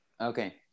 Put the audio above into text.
Okay